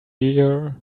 here